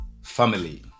family